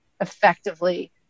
effectively